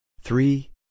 three